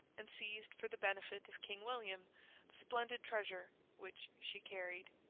and seized for the benefit of king william the splendid treasure which she carried.